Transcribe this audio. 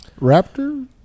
raptor